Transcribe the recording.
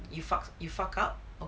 you fuck you fuck up okay